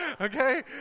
Okay